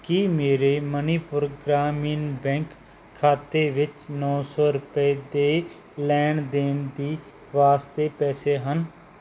ਕੀ ਮੇਰੇ ਮਨੀਪੁਰ ਗ੍ਰਾਮੀਣ ਬੈਂਕ ਖਾਤੇ ਵਿੱਚ ਨੌਂ ਸੌ ਰੁਪਏ ਦੇ ਲੈਣ ਦੇਣ ਦੀ ਵਾਸਤੇ ਪੈਸੇ ਹਨ